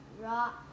rock